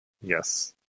Yes